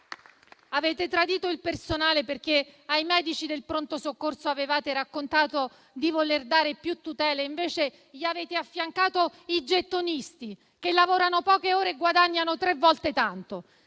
Avete tradito il personale perché ai medici del pronto soccorso avevate raccontato di voler dar loro più tutele e invece li avete affiancati ai gettonisti, che lavorano poche ore e guadagnano tre volte tanto.